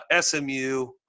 SMU